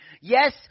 Yes